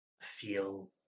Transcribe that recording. feel